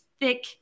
thick